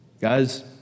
Guys